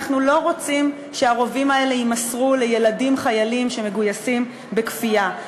אנחנו לא רוצים שהרובים האלה יימסרו לילדים חיילים שמגויסים בכפייה,